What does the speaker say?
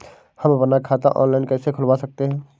हम अपना खाता ऑनलाइन कैसे खुलवा सकते हैं?